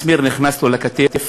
מסמר נכנס לו לכתף,